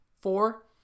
Four